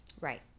Right